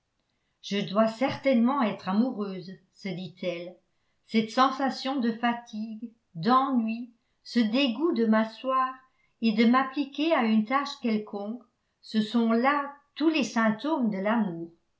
je dois certainement être amoureuse se dit-elle cette sensation de fatigue d'ennui ce dégoût de m'asseoir et de m'appliquer à une tâche quelconque ce sont là tous les symptômes de l'amour